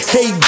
Hey